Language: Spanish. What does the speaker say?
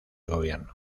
gobierno